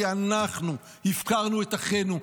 כי אנחנו הפקרנו את אחינו.